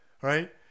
right